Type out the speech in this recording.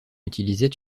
utilisait